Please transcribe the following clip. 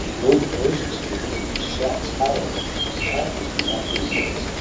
and all the persians knew him, and with shouts hail'd but the tartars knew not who he was.